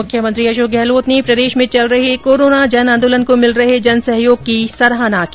मुख्यमंत्री अशोक गहलोत ने प्रदेश में चल रहे कोरोना जन आंदोलन को मिल रहे जन सहयोग की सराहना की